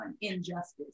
injustice